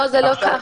לא, זה לא ככה.